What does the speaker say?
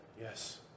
Yes